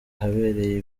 ahabereye